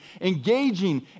engaging